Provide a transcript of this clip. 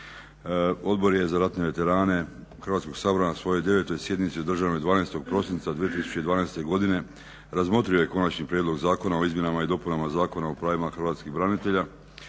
Odbor je za ratne veterane Hrvatskog sabora na svojoj 9.sjednici održanoj 12.prosinca 2012.godine razmotrio je Konačni prijedlog Zakona o izmjenama i dopunama Zakona o pravim hrvatskih branitelja